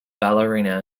ballerina